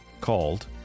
called